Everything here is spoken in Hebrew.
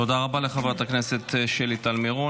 תודה רבה לחברת הכנסת שלי טל מירון.